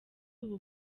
ubu